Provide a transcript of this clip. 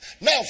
Now